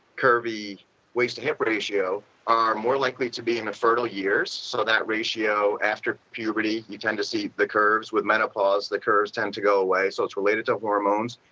curvy waist to hip ratio are more likely to be in their fertile years. so that ratio after puberty you tend to see the curves with menopause, the curves tend to go away. so it's related to hormones.